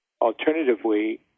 Alternatively